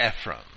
Ephraim